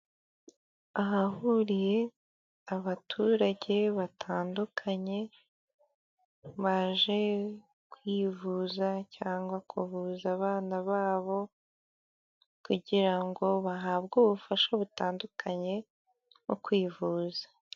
Ahahuriye abaturage batandukanye baje kwivuza cyangwa kuvuza abana babo kugira ngo bahabwe ubufasha butandukanye mu kwivuza.